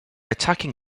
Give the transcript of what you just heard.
attacking